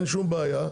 אין שום בעיה,